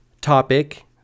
topic